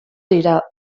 dira